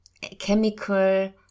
chemical